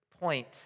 point